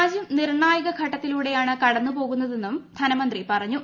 രാജ്യം നിർണായക ഘട്ടത്തിലൂടെയാണ് കടന്നുപോകുന്നതെന്നും ധനമന്ത്രി പറഞ്ഞു